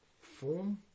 form